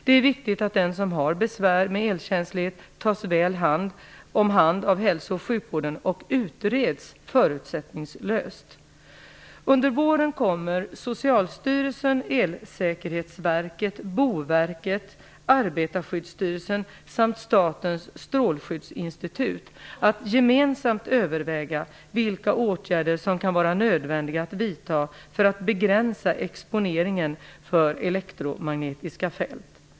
Det är viktigt att den som har besvär med elkänslighet tas väl om hand av hälso och sjukvården och utreds förutsättningslöst. Under våren kommer Socialstyrelsen, Elsäkerhetsverket, Boverket, Arbetarskyddsstyrelsen samt Statens strålskyddsinstitut att gemensamt överväga vilka åtgärder som kan vara nödvändiga att vidta för att begränsa exponeringen för elektromagnetiska fält.